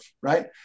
Right